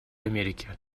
америки